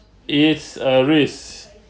it's a risk